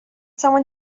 someone